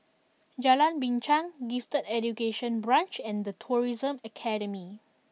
Jalan Binchang Gifted Education Branch and The Tourism Academy